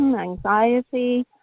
anxiety